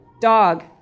dog